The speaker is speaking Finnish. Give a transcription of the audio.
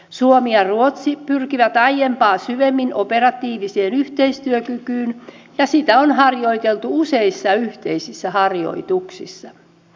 suomi ja ruotsi pyrkivät aiempaa syvemmin operatiiviseen yhteistyökykyyn ja sitä on harjoiteltu useissa yhteisissä harjoituksissa